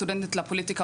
סטודנטית לפוליטיקה,